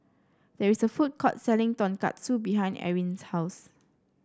there is a food court selling Tonkatsu behind Erin's house